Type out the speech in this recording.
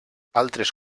altres